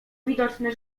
widoczne